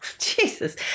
Jesus